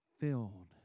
filled